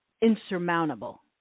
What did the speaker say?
insurmountable